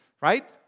right